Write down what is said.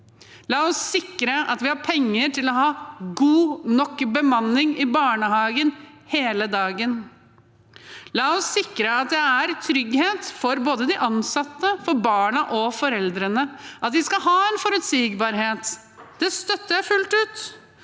La oss sikre at vi har penger til å ha god nok bemanning i barnehagen hele dagen. La oss sikre at det er trygghet for både de ansatte, for barna og for foreldrene. At de skal ha forutsigbarhet, støtter jeg fullt ut.